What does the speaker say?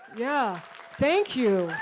yeah thank you.